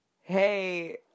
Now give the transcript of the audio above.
hey